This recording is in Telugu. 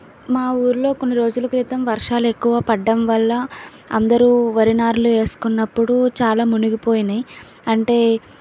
మా ఊళ్ళో కొన్ని రోజుల క్రితం వర్షాలు ఎక్కువ పడటం వల్ల అందరు వరి నారులు వేసుకున్నప్పుడు చాలా మునిగిపోయినాయి అంటే